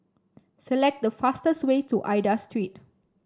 select the fastest way to Aida Street